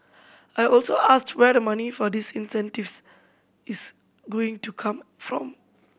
I also asked where the money for these incentives is going to come from